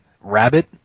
Rabbit